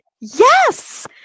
Yes